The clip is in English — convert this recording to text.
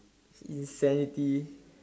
insanity